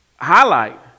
highlight